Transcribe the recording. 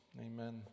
Amen